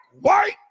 white